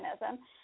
mechanism